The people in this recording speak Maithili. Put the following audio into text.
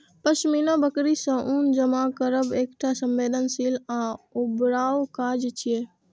पश्मीना बकरी सं ऊन जमा करब एकटा संवेदनशील आ ऊबाऊ काज छियै